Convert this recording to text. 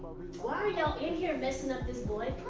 why are y'all in here messing up this boy